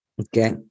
okay